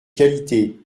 qualité